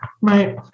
right